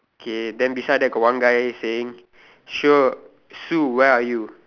K then beside there got one guy saying sure Sue where are you